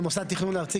במוסד תכנון ארצי,